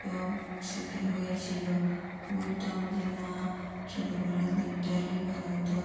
সব স্মৃতি হয়েছিলো বলতাম যে না ছোটোবেলার দিনটা এলেই ভালো হতো